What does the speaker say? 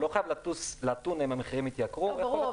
הוא לא חייב לטוס לאתונה אם המחירים התייקרו -- ברור,